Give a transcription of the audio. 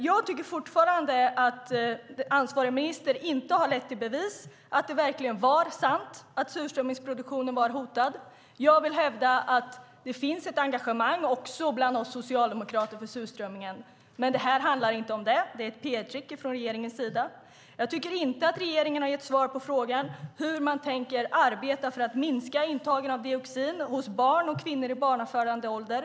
Jag tycker fortfarande att ansvarig minister inte har lett i bevis att det verkligen var sant att surströmmingsproduktionen var hotad. Jag hävdar att det finns ett engagemang också bland oss socialdemokrater för surströmmingen. Men detta handlar inte om det. Det är ett PR-trick från regeringens sida. Jag tycker inte att regeringen har gett svar på frågan hur man tänker arbeta för att minska intaget av dioxin hos barn och kvinnor i barnafödande ålder.